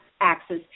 axis